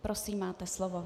Prosím, máte slovo.